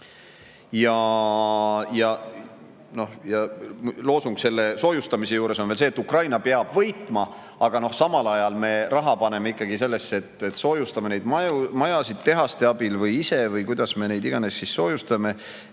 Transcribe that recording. eurosid, ja loosung selle soojustamise juures on veel see, et Ukraina peab võitma. Samal ajal me raha paneme ikkagi sellesse, et soojustame majasid kas tehaste abil või ise või kuidas iganes me neid siis soojustame.